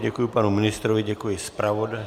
Děkuji panu ministrovi, děkuji zpravodaji.